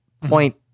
point